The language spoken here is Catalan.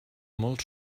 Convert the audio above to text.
molt